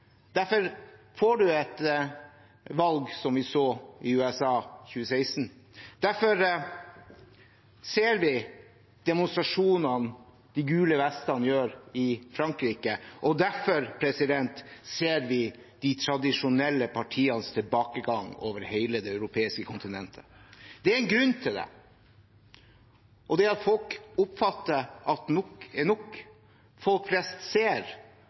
derfor får man et valg som det vi så i USA i 2016, derfor ser vi demonstrasjonene som de gule vestene har i Frankrike, og derfor ser vi de tradisjonelle partienes tilbakegang over hele det europeiske kontinentet. Det er en grunn til det, og det er at folk oppfatter at nok er nok. Folk flest ser